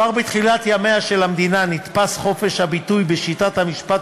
כבר בתחילת ימיה של המדינה נתפס חופש הביטוי בשיטת המשפט